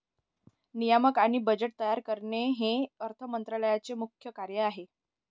नियामक आणि बजेट तयार करणे हे अर्थ मंत्रालयाचे मुख्य कार्य आहे